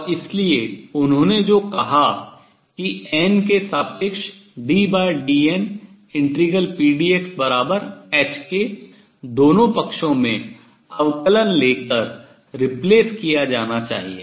और इसलिए उन्होंने जो कहा कि n के सापेक्ष ddn∫pdxh के दोनों पक्षों में अवकलन ले कर replace प्रतिस्थापित किया जाना चाहिए